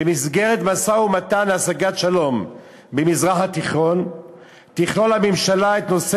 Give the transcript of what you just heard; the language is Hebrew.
במסגרת משא-ומתן להשגת שלום במזרח התיכון תכלול הממשלה את נושא